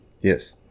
Yes